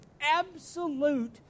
absolute